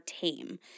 tame